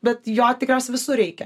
bet jo tikriausiai visur reikia